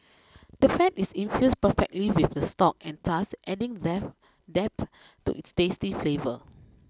the fat is infused perfectly with the stock and thus adding depth to its tasty flavour